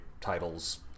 titles